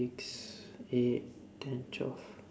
eight ten twelve